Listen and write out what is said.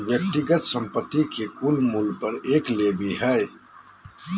व्यक्तिगत संपत्ति के कुल मूल्य पर एक लेवी हइ